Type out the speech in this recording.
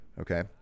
Okay